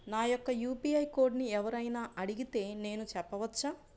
నా యొక్క యూ.పీ.ఐ కోడ్ని ఎవరు అయినా అడిగితే నేను చెప్పవచ్చా?